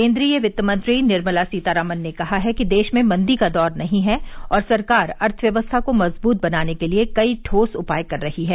केन्द्रीय वित्त मंत्री निर्मला सीतारामन ने कहा है कि देश में मंदी का दौर नहीं है और सरकार अर्थव्यवस्था को मजबूत बनाने के लिए कई ठोस उपाय कर रही है